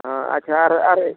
ᱦᱳᱭ ᱟᱪᱪᱷᱟ ᱟᱨ ᱟᱨ